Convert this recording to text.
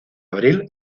abril